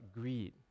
greed